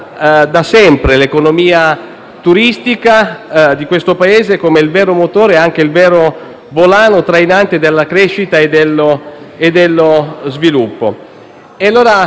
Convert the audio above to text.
turistica di questo Paese come il vero motore e il vero volano trainante della crescita e dello sviluppo. Allora, invece di investire